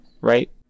Right